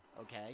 okay